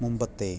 മുമ്പത്തെ